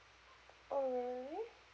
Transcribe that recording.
oh really